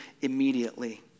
immediately